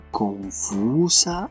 confusa